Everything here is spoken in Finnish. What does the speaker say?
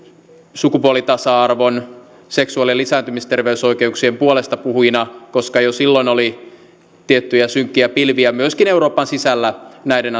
sukupuolitasa arvon seksuaali ja lisääntymisterveysoikeuksien puolestapuhujina koska jo silloin oli tiettyjä synkkiä pilviä myöskin euroopan sisällä näiden